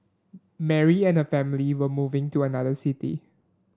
Mary and her family were moving to another city